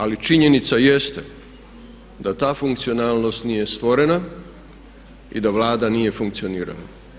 Ali činjenica jeste da ta funkcionalnost nije stvorena i da Vlada nije funkcionirala.